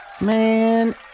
Man